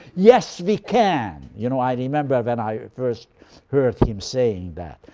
yes we can. you know, i remember when i first heard him saying that,